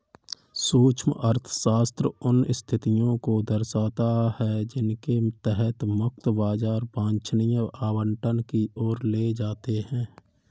सूक्ष्म अर्थशास्त्र उन स्थितियों को दर्शाता है जिनके तहत मुक्त बाजार वांछनीय आवंटन की ओर ले जाते हैं